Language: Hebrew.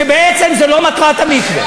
כשבעצם זו לא מטרת המקווה.